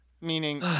meaning